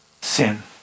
sin